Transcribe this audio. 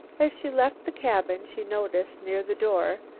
as she left the cabin she noticed, near the door,